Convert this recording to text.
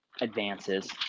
advances